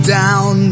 down